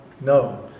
No